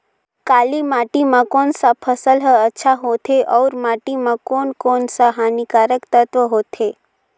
काली माटी मां कोन सा फसल ह अच्छा होथे अउर माटी म कोन कोन स हानिकारक तत्व होथे?